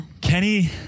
Kenny